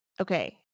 Okay